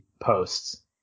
posts